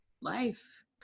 life